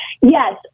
Yes